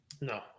No